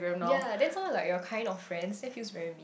ya then how like you're kind of friends that feels very mean